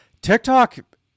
TikTok